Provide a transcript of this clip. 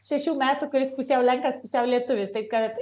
šešių metų kuris pusiau lenkas pusiau lietuvis taip kad